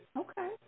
Okay